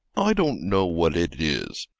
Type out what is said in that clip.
i don't know what it is.